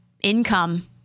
income